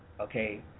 okay